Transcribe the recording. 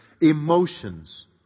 emotions